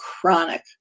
chronic